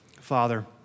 Father